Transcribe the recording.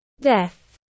Death